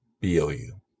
B-O-U